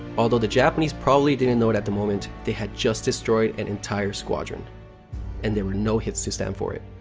although the japanese probably didn't know it at the moment, they had just destroyed an entire squadron and there were no hits to stand for it.